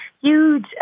huge